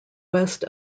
west